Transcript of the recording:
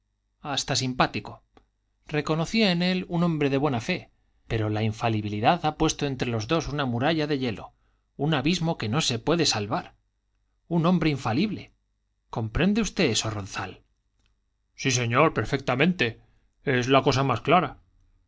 hasta simpático reconocía en él un hombre de buena fe pero la infalibilidad ha puesto entre los dos una muralla de hielo un abismo que no se puede salvar un hombre infalible comprende usted eso ronzal sí señor perfectamente es la cosa más clara